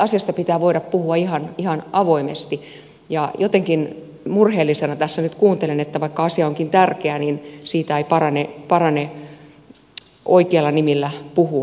asiasta pitää voida puhua ihan avoimesti ja jotenkin murheellisena tässä nyt kuuntelen että vaikka asia onkin tärkeä niin siitä ei parane oikeilla nimillä puhua